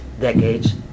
decades